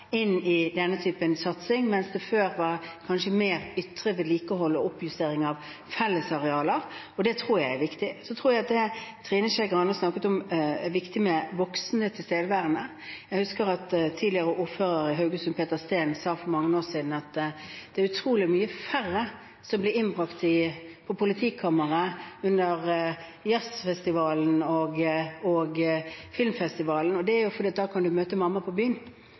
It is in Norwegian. inn i denne typen satsing, mens det før kanskje var mer ytre vedlikehold og oppjustering av fellesarealer – og det tror jeg er viktig. Så tror jeg at det er viktig, som Trine Skei Grande snakket om, med tilstedeværende voksne. Jeg husker at tidligere ordfører i Haugesund Petter Steen for mange år siden sa at det er utrolig mange færre som blir innbrakt på politikammeret under jazzfestivalen og filmfestivalen, og det er fordi du da kan møte mamma på byen.